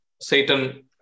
Satan